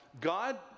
God